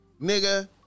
nigga